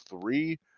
three